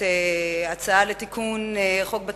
הצעת חוק פ/1331,